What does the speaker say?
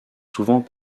souvent